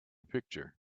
picture